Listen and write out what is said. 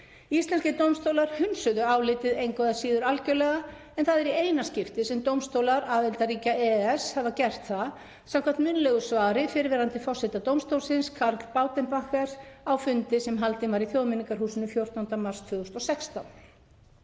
Íslenskir dómstólar hunsuðu álitið engu að síður algerlega en það er í eina skiptið sem dómstólar aðildarríkja EES hafa gert það samkvæmt munnlegu svari fyrrverandi forseta dómstólsins, Carls Baudenbachers, á fundi sem haldinn var í Þjóðmenningarhúsinu 14. mars 2016.